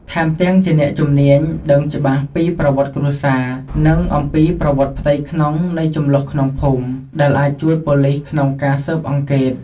ថែមទាំងជាអ្នកជំនាញដឹងច្បាស់ពីប្រវត្តិគ្រួសារ និងអំពីប្រវត្តិផ្ទៃក្នុងនៃជម្លោះក្នុងភូមិ ដែលអាចជួយប៉ូលីសក្នុងការស៊ើបអង្កេត។